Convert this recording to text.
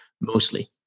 mostly